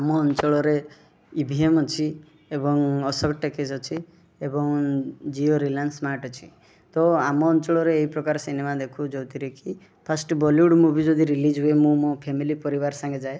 ଆମ ଅଞ୍ଚଳରେ E V M ଅଛି ଏବଂ ଅଶୋକ ଟକିଜ୍ ଅଛି ଏବଂ ଜିଓ ରିଲିଆନ୍ସ ସ୍ମାର୍ଟ ଅଛି ତ ଆମ ଅଞ୍ଚଳରେ ଏହି ପ୍ରକାର ସିନେମା ଦେଖୁ ଯେଉଁଥିରେ କି ଫାଷ୍ଟ ବଲିଉଡ଼ ମୁଭି ଯଦି ରିଲିଜ୍ ହୁଏ ମୁଁ ମୋ ଫ୍ୟାମିଲି ପରିବାର ସାଙ୍ଗେ ଯାଏ